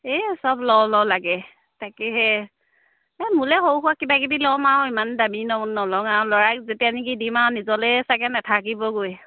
এই সব লও লও লাগে তাকেহে এই মোলৈ সৰু সুৰা কিবা কিবি ল'ম আৰু ইমান দামী ন নলওঁ আৰু ল'ৰাক যেতিয়া নেকি দিম আৰু নিজলৈ চাগে নাথাকিবগৈ